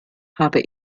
habe